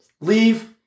leave